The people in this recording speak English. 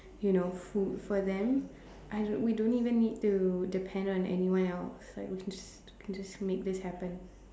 you know food for them I don't we don't even need to depend on anyone else like we can just we can just make this happen